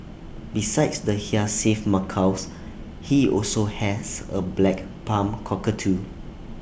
besides the hyacinth macaws he also has A black palm cockatoo